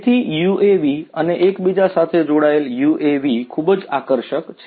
તેથી UAVs અને એકબીજા સાથે જોડાયેલ UAVs ખૂબ જ આકર્ષક છે